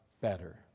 better